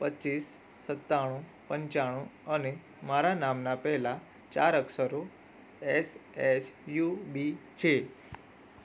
પચીસ સત્તાણું પંચાણું અને મારા નામના પહેલાં ચાર અક્ષરો એસ એચ યુ બી છે